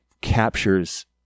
captures